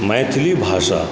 मैथिली भाषा